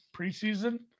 preseason